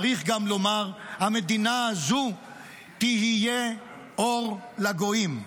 צריך גם לומר: המדינה הזו תהיה אור לגויים.